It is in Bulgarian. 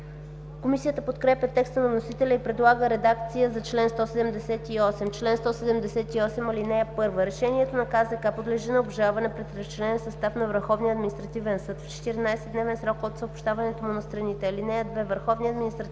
Комисията подкрепя текста на вносителя и предлага редакция за чл. 178: „Чл. 178. (1) Решението на КЗК подлежи на обжалване пред тричленен състав на Върховния административен съд в 14-дневен срок от съобщаването му на страните. (2) Върховният административен съд